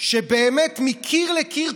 שבאמת מקיר לקיר,